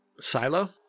Silo